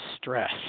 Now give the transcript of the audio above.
stress